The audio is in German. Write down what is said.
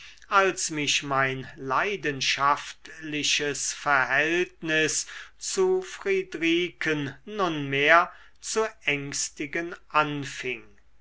als mich mein leidenschaftliches verhältnis zu friedriken nunmehr zu ängstigen anfing